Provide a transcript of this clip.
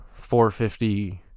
450